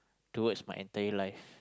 towards my entire life